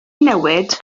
newid